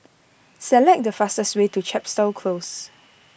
select the fastest way to Chepstow Close